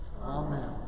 Amen